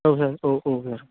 औ सार औऔ सार